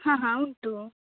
ಹಾಂ ಹಾಂ ಉಂಟು